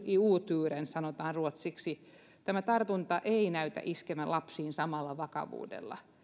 i oturen sanotaan ruotsiksi tämä tartunta ei näytä iskevän lapsiin samalla vakavuudella